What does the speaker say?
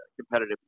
competitive